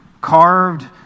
carved